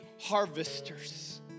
harvesters